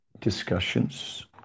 discussions